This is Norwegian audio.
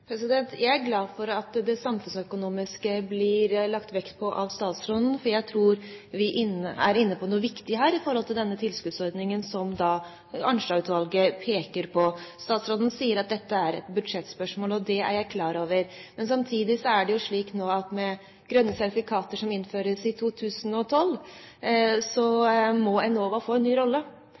Jeg er glad for at statsråden legger vekt på det samfunnsøkonomiske, for jeg tror vi er inne på noe viktig i forhold til den tilskuddsordningen som Arnstad-utvalget peker på. Statsråden sier at dette er et budsjettspørsmål, og det er jeg klar over. Men samtidig er det jo slik at med grønne sertifikater som innføres i 2012, må Enova få en ny rolle.